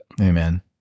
Amen